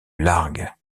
largue